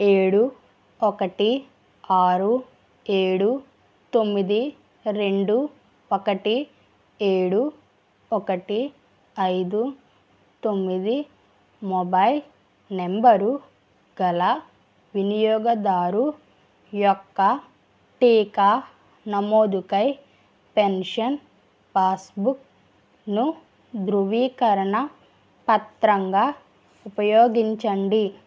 ఏడు ఒకటి ఆరు ఏడు తొమ్మిది రెండు ఒకటి ఏడు ఒకటి ఐదు తొమ్మిది మొబైల్ నంబరు గల వినియోగదారు యొక్క టీకా నమోదుకై పెన్షన్ పాస్బుక్ను ధృవీకరణ పత్రంగా ఉపయోగించండి